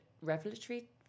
revelatory